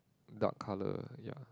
dark colour ya